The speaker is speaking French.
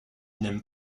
n’aiment